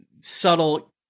subtle